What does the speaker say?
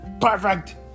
perfect